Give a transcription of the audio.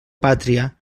pàtria